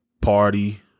party